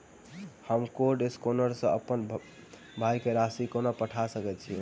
हम code scanner सँ अप्पन भाय केँ राशि कोना पठा सकैत छियैन?